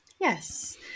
yes